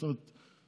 זאת אומרת,